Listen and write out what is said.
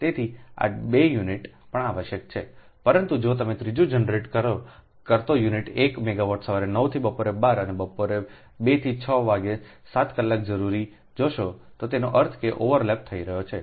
તેથી આ 2 યુનિટ પણ આવશ્યક છે પરંતુ જો તમે ત્રીજો જનરેટ કરતો યુનિટ 1 મેગાવાટ સવારે 9 થી બપોર 12 અને બપોરે 2 થી 6 વાગ્યે 7 કલાક જરૂરી જોશો કે તેનો અર્થ તે ઓવરલેપ થઈ રહ્યો છે